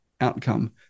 outcome